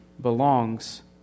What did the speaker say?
belongs